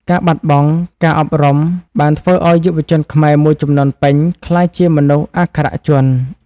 ការបាត់បង់ការអប់រំបានធ្វើឱ្យយុវជនខ្មែរមួយជំនាន់ពេញក្លាយជាមនុស្សអក្ខរជន។